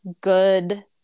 good